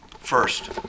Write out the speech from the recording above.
First